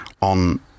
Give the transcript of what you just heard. on